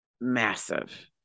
Massive